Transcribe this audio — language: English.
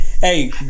Hey